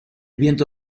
viento